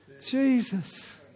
Jesus